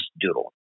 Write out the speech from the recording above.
doodle